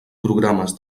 programes